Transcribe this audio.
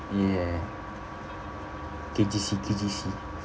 ya K_G_C K_G_C